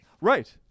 Right